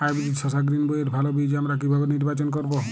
Hybrid শসা গ্রীনবইয়ের ভালো বীজ আমরা কিভাবে নির্বাচন করব?